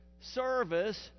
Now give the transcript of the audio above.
service